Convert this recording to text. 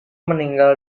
meninggal